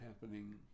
happening